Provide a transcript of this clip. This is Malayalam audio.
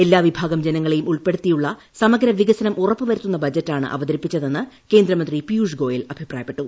എല്ലാ വിഭാഗം ജനങ്ങളെയും ഉൾപ്പെടുത്തിയുള്ള സമഗ്ര വികസനം ഉറപ്പുവരുത്തുന്ന ബജറ്റാണ് അവതരിപ്പിച്ചതെന്ന് കേന്ദ്രമന്ത്രി പീയൂഷ് ഗോയൽ അഭിപ്രായപ്പെട്ടു